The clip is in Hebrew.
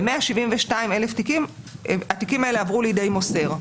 ב-172,000 תיקים, התיקים האלה עברו לידי מוסר.